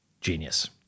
Genius